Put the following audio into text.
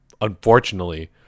unfortunately